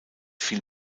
fiel